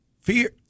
fear